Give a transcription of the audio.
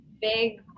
big